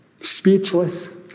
Speechless